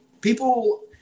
People